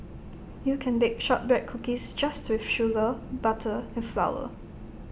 you can bake Shortbread Cookies just with sugar butter and flour